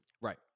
Right